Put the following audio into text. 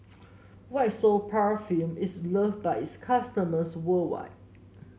White Soft Paraffin is loved by its customers worldwide